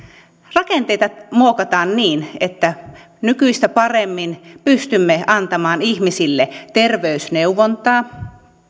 rakenteita muokataan niin että nykyistä paremmin pystymme antamaan ihmisille terveysneuvontaa